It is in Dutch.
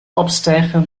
opstijgen